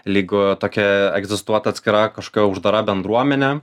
lyg tokia egzistuotų atskira kažkokia uždara bendruomenė